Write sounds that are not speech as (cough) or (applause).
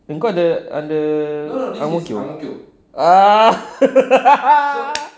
kau under under ang mo kio ah (laughs)